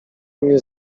mnie